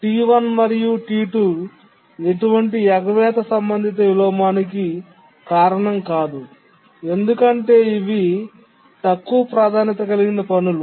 T1 మరియు T2 ఎటువంటి ఎగవేత సంబంధిత విలోమానికి కారణం కాదు ఎందుకంటే ఇవి తక్కువ ప్రాధాన్యత కలిగిన పనులు